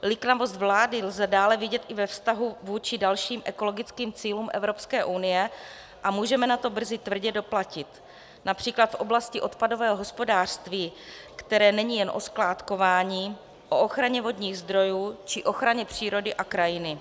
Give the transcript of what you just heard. Liknavost vlády lze dále vidět i ve vztahu vůči dalším ekologickým cílům Evropské unie a můžeme na to brzy tvrdě doplatit, například v oblasti odpadového hospodářství, které není jen o skládkování, o ochraně vodních zdrojů či ochraně přírody a krajiny.